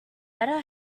better